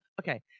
okay